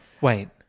Wait